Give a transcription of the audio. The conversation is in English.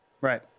Right